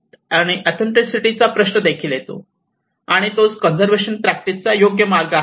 आणि ऑथेन्टीसिटीचा प्रश्न देखील येतो आणि तोच कंजर्वेशन प्रॅक्टिस चा योग्य मार्ग आहे